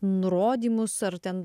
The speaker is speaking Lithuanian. nurodymus ar ten